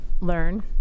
learn